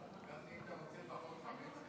גפני, אם אתה רוצה פחות חמץ,